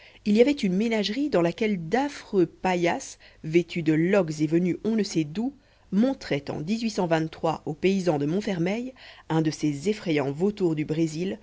il y avait une ménagerie dans laquelle d'affreux paillasses vêtus de loques et venus on ne sait d'où montraient en aux paysans de montfermeil un de ces effrayants vautours du brésil